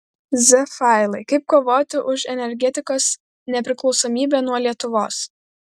z failai kaip kovoti už energetikos nepriklausomybę nuo lietuvos